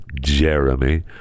Jeremy